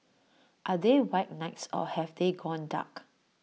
are they white knights or have they gone dark